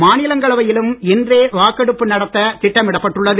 மாநிலங்களவையிலும் இன்றே வாக்கெடுப்பு நடத்த திட்டமிடப்பட்டுள்ளது